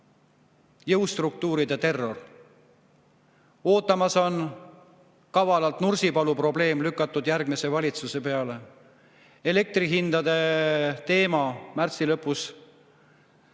Jõustruktuuride terror, ootamas on kavalalt Nursipalu probleem, mis on lükatud järgmise valitsuse peale, elektrihindade teema, märtsi lõpus